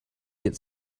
get